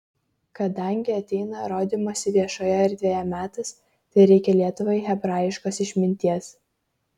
kadangi ateina rodymosi viešoje erdvėje metas tai reikia lietuvai hebrajiškos išminties